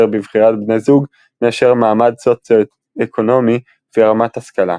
בבחירת בני זוג מאשר מעמד סוציואקונומי ורמת השכלה.